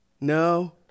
No